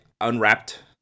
unwrapped